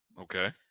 Okay